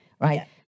right